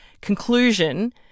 conclusion